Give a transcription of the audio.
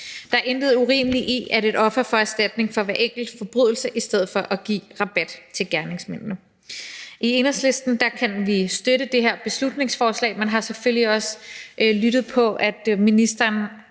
Der er intet urimeligt i, at et offer får erstatning for hver enkelt forbrydelse, i stedet for at man giver rabat til gerningsmanden. I Enhedslisten kan vi støtte det her beslutningsforslag, men har selvfølgelig også lyttet til, at ministeren